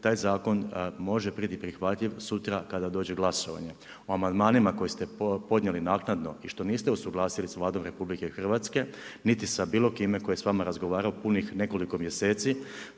taj zakon može biti prihvatljiv sutra kada dođe glasovanje. O amandmanima koje ste podnijeli naknadno i što niste usuglasili s Vladom RH, niti sa bilo kime tko je s vama razgovarao punih nekoliko mjeseci,